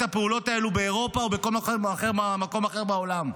הפעולות האלו באירופה או בכל מקום אחר בעולם.